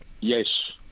Yes